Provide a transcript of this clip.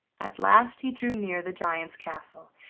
at last he drew near the giant's castle,